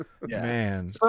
Man